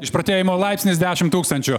išprotėjimo laipsnis dešimt tūkstančių